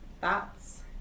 thoughts